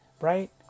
right